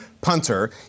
punter